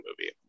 movie